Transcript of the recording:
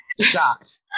shocked